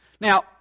Now